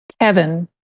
Kevin